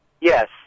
Yes